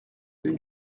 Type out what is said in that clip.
une